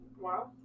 Wow